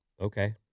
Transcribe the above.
okay